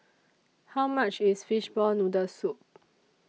How much IS Fishball Noodle Soup